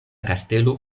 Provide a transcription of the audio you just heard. kastelo